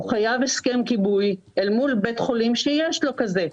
חייב הסכם גיבוי אל מול בית חולים שיש לו כזה,